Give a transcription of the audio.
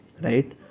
right